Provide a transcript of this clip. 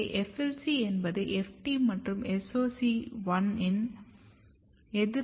எனவே FLC என்பது FT மற்றும் SOC1 இன் எதிர்மறை ரெகுலேட்டர் ஆகும்